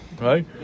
right